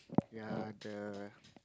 ya the